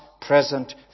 present